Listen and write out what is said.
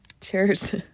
cheers